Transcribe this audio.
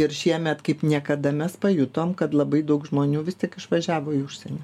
ir šiemet kaip niekada mes pajutom kad labai daug žmonių vis tik išvažiavo į užsienį